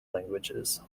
languages